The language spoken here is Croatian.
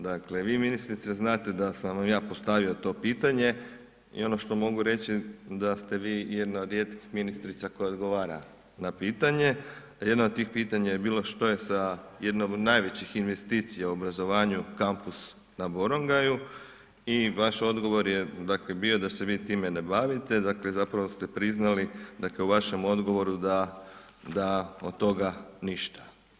Dakle, vi ministrice, znate da sam vam ja postavio to pitanje i ono što mogu reći da ste vi jedna od rijetkih ministrica koja odgovara na pitanje, a jedna od tih pitanja je bilo što je sa jednom od najvećih investicija u obrazovanju, kampus na Borongaju i vaš odgovor je dakle, bio, da se vi time ne bavite, dakle, zapravo ste priznali, dakle u vašem odgovoru da od toga ništa.